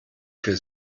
für